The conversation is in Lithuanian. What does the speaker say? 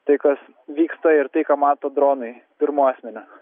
tai kas vyksta ir tai ką mato dronai pirmu asmeniu